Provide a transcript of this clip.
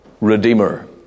Redeemer